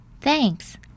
Thanks